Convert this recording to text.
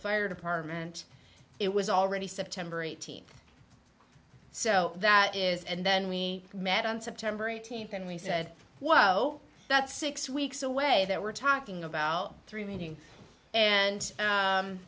fire department it was already september eighteenth so that is and then we met on september eighteenth and we said whoa that's six weeks away that we're talking about three meeting and